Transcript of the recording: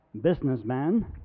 businessman